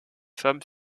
femmes